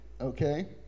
Okay